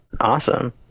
awesome